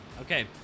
Okay